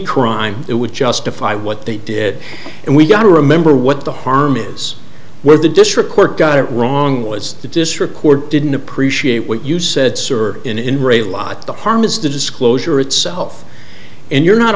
crime that would justify what they did and we've got to remember what the harm is where the district court got it wrong was the district court didn't appreciate what you said in her a lot the harm is the disclosure itself and you're not